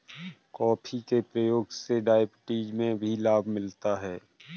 coffee के प्रयोग से डायबिटीज में भी लाभ मिलता है